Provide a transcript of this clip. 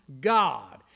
God